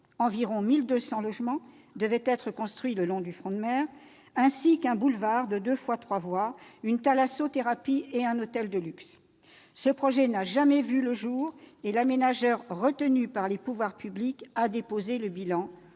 Environ 1 200 logements devaient être construits le long du front de mer, ainsi qu'un boulevard de deux fois trois voies, un établissement de thalassothérapie et un hôtel de luxe. Ce projet n'a jamais vu le jour, l'aménageur retenu par les pouvoirs publics ayant déposé le bilan.